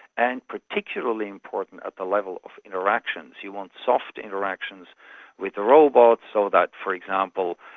and particularly important at the level of interactions, you want soft interactions with the robot so that, for example,